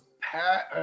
Pat